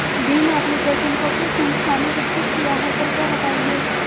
Bhim application को किस संस्था ने विकसित किया है कृपया बताइए?